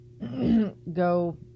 go